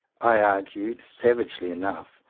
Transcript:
i argued, savagely enough,